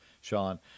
sean